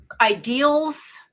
ideals